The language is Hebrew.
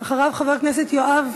אחריו, חבר הכנסת יואב